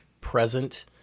present